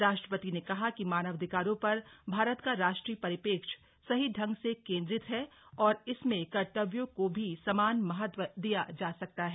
राष्ट्रपति ने कहा कि मानवाधिकारों पर भारत का राष्ट्रीय परिपेक्ष्य सही ढंग से केंद्रित है और इसमें कर्तव्यों को भी समान महत्व् दिया जा सकता है